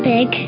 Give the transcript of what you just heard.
Big